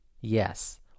Yes